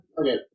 Okay